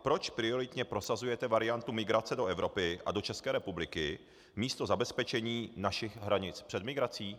Proč prioritně prosazujete variantu migrace do Evropy a do České republiky místo zabezpečení našich hranic před migrací?